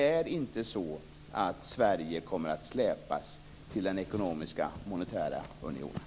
Sverige kommer inte att släpas till den ekonomiska monetära unionen.